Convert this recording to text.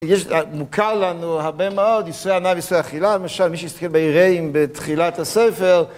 מוכר לנו הרבה מאוד איסורי הנאה, ואיסורי אכילה, למשל מי שיסתכל ביראים בתחילת הספר,